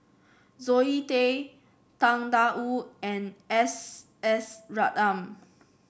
Zoe Tay Tang Da Wu and S S Ratnam